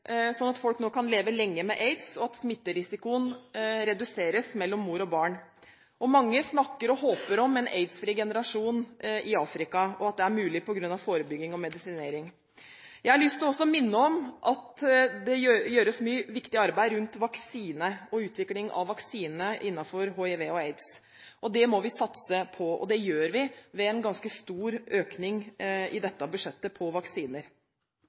at folk nå kan leve lenge med aids, og at smitterisikoen reduseres mellom mor og barn. Mange snakker om og håper på en aidsfri generasjon i Afrika, og at det er mulig på grunn av forebygging og medisinering. Jeg har også lyst til å minne om at det gjøres mye viktig arbeid rundt vaksine og utvikling av vaksine innenfor hiv og aids. Det må vi satse på, og det gjør vi med en ganske stor økning i dette budsjettet.